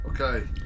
Okay